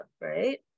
right